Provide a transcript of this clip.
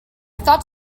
thought